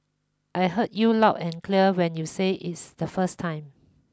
I heard you loud and clear when you say is the first time